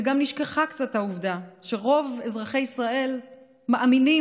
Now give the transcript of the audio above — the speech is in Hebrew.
וגם נשכחה קצת העובדה שרוב אזרחי ישראל מאמינים